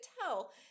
tell